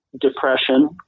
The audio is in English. depression